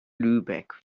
lübeck